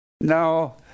No